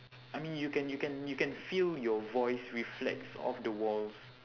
I mean you can you can you can feel your voice reflects off the walls